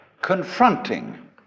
confronting